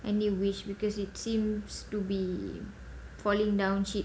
any wish because it seems to be falling down chip